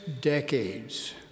decades